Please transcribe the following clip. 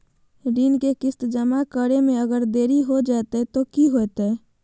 ऋण के किस्त जमा करे में अगर देरी हो जैतै तो कि होतैय?